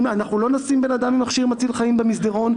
אנחנו לא נשים אדם עם מכשיר מציל חיים במסדרון.